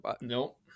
Nope